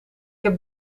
heb